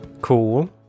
cool